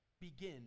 begin